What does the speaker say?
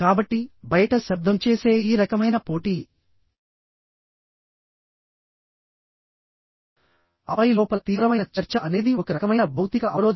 కాబట్టి బయట శబ్దం చేసే ఈ రకమైన పోటీ ఆపై లోపల తీవ్రమైన చర్చ అనేది ఒక రకమైన భౌతిక అవరోధం